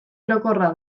orokorra